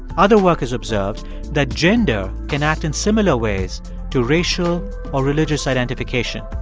other workers observed that gender can act in similar ways to racial or religious identification.